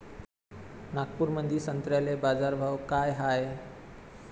नागपुरामंदी संत्र्याले बाजारभाव काय हाय?